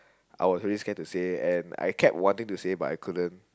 I was really scared to say and I kept wanting to say but I couldn't